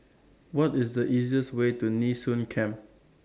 What IS The easiest Way to Nee Soon Camp